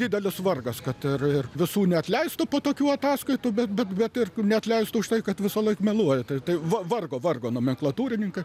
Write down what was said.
didelis vargas kad ir ir visų neatleistų po tokių ataskaitų bet bet bet ir neatleistų už tai kad visąlaik meluoji tai tai vargo vargo nomenklatūrininkai